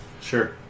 sure